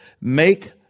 make